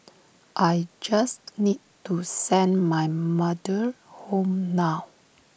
I just need to send my mother home now